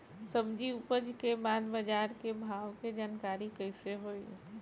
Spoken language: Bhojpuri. सब्जी उपज के बाद बाजार के भाव के जानकारी कैसे होई?